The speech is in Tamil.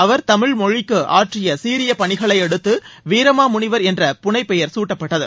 அவர் தமிழ் மொழிக்கு ஆற்றிய சீரிய பணிகளையடுத்து வீரமாமுனிவர் என்ற புனைப் பெயர் சூப்பப்டது